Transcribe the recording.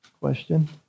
Question